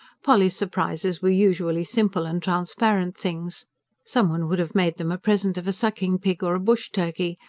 polly's surprises were usually simple and transparent things some one would have made them a present of a sucking-pig or a bush-turkey,